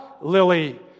lily